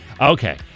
okay